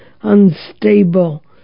unstable